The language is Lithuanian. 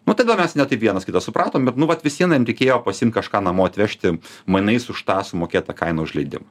nu tada mes ne taip vienas kitą supratom bet nu vat visien jam reikėjo pasiimt kažką namo atvežti mainais už tą sumokėtą kainą už leidimą